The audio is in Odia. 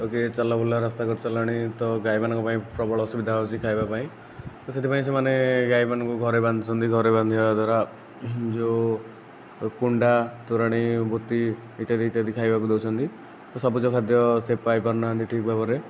ଆଉ କିଏ ଚଲା ବୁଲା ରାସ୍ତା କରି ସାରିଲାଣି ତ ଗାଈ ମାନଙ୍କ ପାଇଁ ପ୍ରବଳ ଅସୁବିଧା ହେଉଛି ଖାଇବା ପାଇଁ ତ ସେଥିପାଇଁ ସେମାନେ ଗାଈମାନଙ୍କୁ ଘରେ ବାନ୍ଧୁଛନ୍ତି ଘରେ ବାନ୍ଧିବା ଦ୍ଵାରା ଯେଉଁ ଓ କୁଣ୍ଡା ତୋରାଣି ବୋତି ଇତ୍ୟାଦି ଇତ୍ୟାଦି ତାକୁ ଖାଇବାକୁ ଦେଉଛନ୍ତି ସବୁଜ ଖାଦ୍ୟ ସେ ପାଇପାରୁ ନାହାନ୍ତି ଠିକ୍ ଭାବରେ